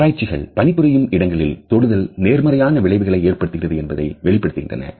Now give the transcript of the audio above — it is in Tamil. ஆராய்ச்சிகள் பணிபுரியும் இடங்களில் தொடுதல் நேர்மறையான விளைவுகளை ஏற்படுத்துகிறது என்பதை வெளிப்படுத்துகின்றன